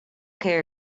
care